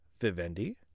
Vivendi